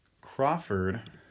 Crawford